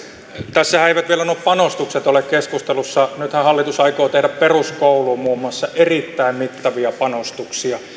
tässähän eivät vielä nuo panostukset ole keskustelussa nythän hallitus aikoo tehdä muun muassa peruskouluun erittäin mittavia panostuksia